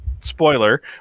Spoiler